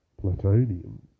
plutonium